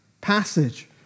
passage